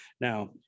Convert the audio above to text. Now